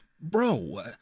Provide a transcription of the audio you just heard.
bro